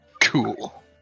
Cool